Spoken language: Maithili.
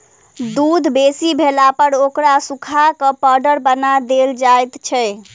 दूध बेसी भेलापर ओकरा सुखा क पाउडर बना देल जाइत छै